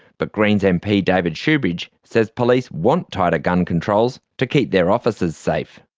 but greens mp david shoebridge says police want tighter gun controls to keep their officers safe.